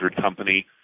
company